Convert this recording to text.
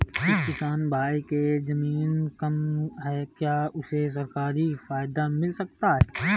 जिस किसान भाई के ज़मीन कम है क्या उसे सरकारी फायदा मिलता है?